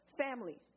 family